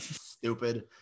stupid